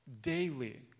daily